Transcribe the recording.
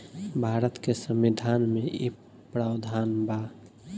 भारत के संविधान में इ प्रावधान बा